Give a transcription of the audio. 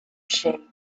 she